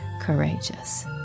courageous